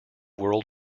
world